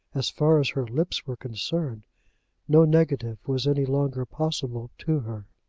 as far as her lips were concerned no negative was any longer possible to her.